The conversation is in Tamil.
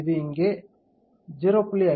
இது இங்கே 0